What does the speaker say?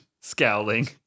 scowling